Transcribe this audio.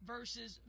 versus